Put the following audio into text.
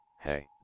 Hey